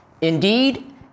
Indeed